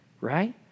right